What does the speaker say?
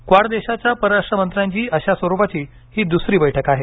quad देशाच्या परराष्ट्र मंत्र्यांची अशा स्वरुपाची ही दुसरी बैठक आहे